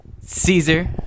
Caesar